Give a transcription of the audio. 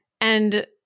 And-